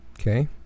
Okay